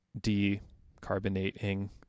decarbonating